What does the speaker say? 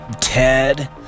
Ted